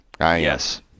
yes